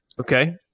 Okay